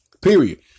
Period